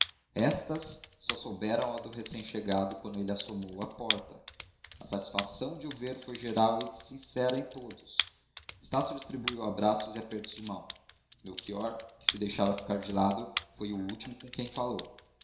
estas só souberam do recém-chegado quando ele assomou à porta a satisfação de o ver foi geral e sincera em todos estácio distribuiu abraços e apertos de mão melchior que se deixara ficar de lado foi o último com quem falou